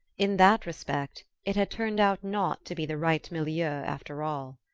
in that respect, it had turned out not to be the right milieu after all.